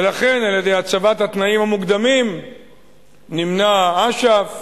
ולכן, על-ידי הצבת התנאים המוקדמים נמנע אש"ף